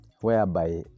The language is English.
whereby